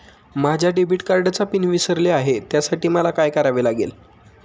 माझ्या डेबिट कार्डचा पिन विसरले आहे त्यासाठी मला काय करावे लागेल?